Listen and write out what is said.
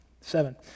seven